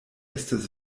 estas